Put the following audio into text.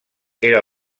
era